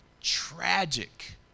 Tragic